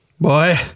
Boy